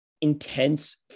intense